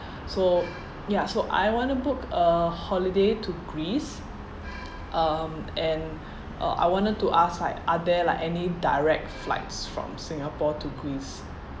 so ya so I want to book a holiday to greece um and(uh) I wanted to ask like are there like any direct flights from singapore to greece